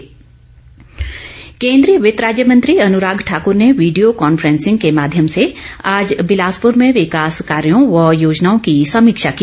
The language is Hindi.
अनुराग ठाकुर केन्द्रीय वित्त राज्य मंत्री अनुराग ठाकूर ने वीडियो कॉन्फ्रेंसिंग के माध्यम से आज बिलासपुर में विकास कार्यों व योजनाओं की समीक्षा की